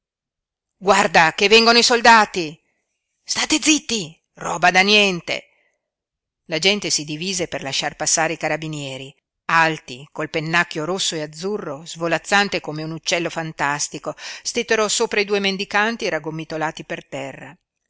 guarda che vengono i soldati state zitti roba da niente la gente si divise per lasciar passare i carabinieri alti col pennacchio rosso e azzurro svolazzante come un uccello fantastico stettero sopra i due mendicanti raggomitolati per terra